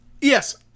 yes